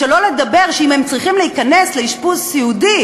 שלא לדבר על כך שאם הם צריכים להיכנס לאשפוז סיעודי,